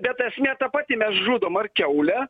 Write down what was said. bet esmė ta pati mes žudom ar kiaulę